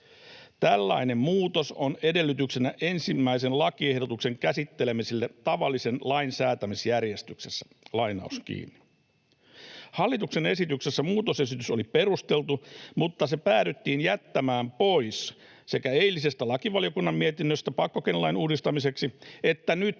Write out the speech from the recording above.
Tällainen muutos on edellytyksenä 1. lakiehdotuksen käsittelemiselle tavallisen lain säätämisjärjestyksessä.” Hallituksen esityksessä muutosesitys oli perusteltu, mutta se päädyttiin jättämään pois sekä eilisestä lakivaliokunnan mietinnöstä pakkokeinolain uudistamiseksi että nyt